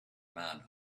man